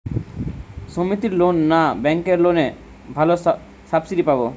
সমিতির লোন না ব্যাঙ্কের লোনে ভালো সাবসিডি পাব?